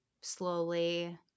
slowly